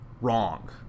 Wrong